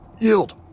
Yield